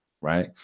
right